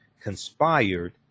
conspired